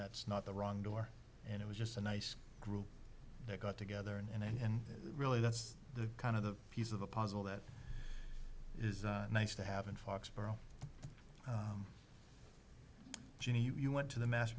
that's not the wrong door and it was just a nice group that got together and really that's the kind of the piece of the puzzle that is nice to have in foxboro you went to the mass